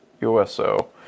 uso